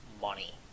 money